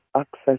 access